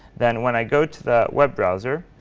then when i go to the web browser,